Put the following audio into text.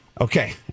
Okay